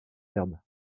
verbe